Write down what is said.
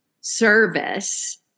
service